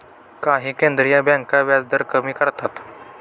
काही केंद्रीय बँका व्याजदर कमी करतात